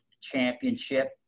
Championship